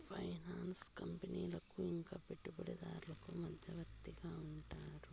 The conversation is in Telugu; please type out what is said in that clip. ఫైనాన్స్ కంపెనీలకు ఇంకా పెట్టుబడిదారులకు మధ్యవర్తిగా ఉంటారు